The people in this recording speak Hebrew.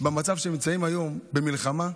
שהם נמצאים היום, במלחמה,